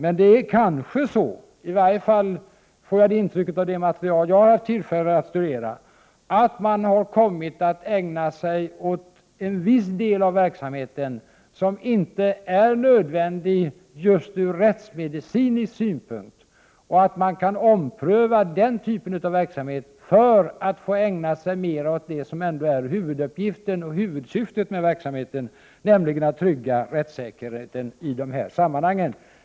Av det material som jag har fått tillfälle att studera har jag fått intrycket att man har kommit att ägna en viss del av verksamheten åt sådant som inte är nödvändigt just från rättsmedicinsk synpunkt. Man kan ompröva den typen av verksamhet för att kunna ägna sig mera åt det som ändå är huvuduppgiften och huvudsyftet med verksamheten, nämligen att trygga rättssäkerheten i dessa sammanhang.